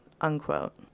unquote